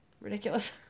ridiculous